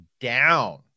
down